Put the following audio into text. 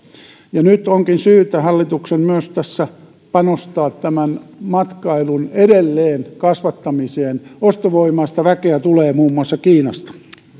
nyt onkin syytä hallituksen myös tässä panostaa matkailun edelleen kasvattamiseen ostovoimaista väkeä tulee muun muassa kiinasta